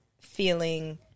feeling